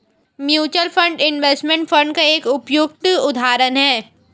mutual fund investment fund का एक उपयुक्त उदाहरण है